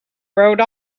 wrote